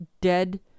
dead